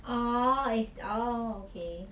orh I se~ orh okay